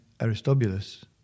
Aristobulus